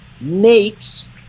makes